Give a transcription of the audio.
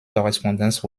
correspondence